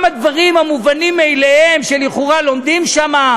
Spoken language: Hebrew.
גם הדברים המובנים-מאליהם שלכאורה לומדים שם,